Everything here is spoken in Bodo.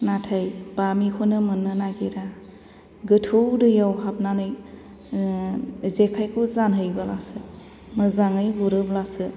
नाथाय बामिखौनो मोननो नागिरा गोथौ दैयाव हाबनानै जेखाइखौ जानहैब्लासो मोजाङै गुरोब्लासो